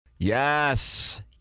Yes